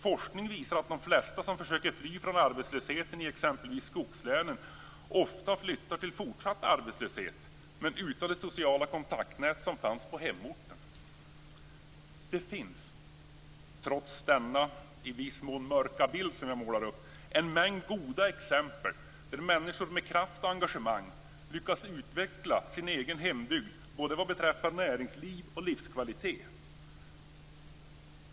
Forskning visar att de flesta som försöker fly från arbetslösheten i exempelvis skogslänen ofta flyttar till fortsatt arbetslöshet, men utan det sociala kontaktnät som fanns på hemorten. Det finns, trots den i viss mån mörka bild som jag här målar upp, en mängd goda exempel på att människor med kraft och engagemang lyckas utveckla sin egen hembygd vad beträffar både näringsliv och livskvalitet.